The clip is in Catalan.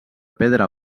pedra